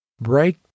break